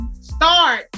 start